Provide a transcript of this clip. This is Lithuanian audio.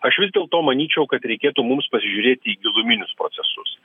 aš vis dėlto manyčiau kad reikėtų mums pasižiūrėti į giluminius procesus